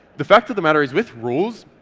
the fact of the matter is, with rules,